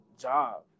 job